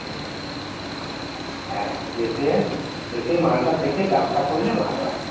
হুম হ্যাঁ এসে দে এসে মালটা দেখে দামটা করলে ভালো হয়